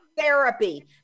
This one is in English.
therapy